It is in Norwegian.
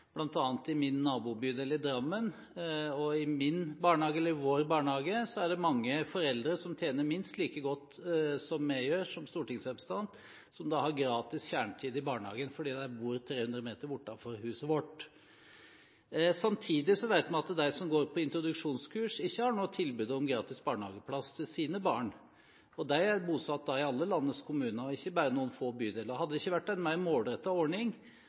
bl.a. i min nabobydel i Drammen. I vår barnehage er det mange foreldre som tjener minst like godt som vi gjør som stortingsrepresentanter, og som da har gratis kjernetid i barnehagen, fordi de bor 300 meter bortenfor huset vårt. Samtidig vet vi at de som går på introduksjonskurs, ikke har noe tilbud om gratis barnehageplass til sine barn. De er bosatt i alle landets kommuner, ikke bare i noen få bydeler. Hadde det ikke vært en mer målrettet ordning